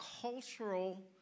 cultural